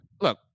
look